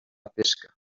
pesca